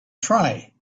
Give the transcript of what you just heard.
try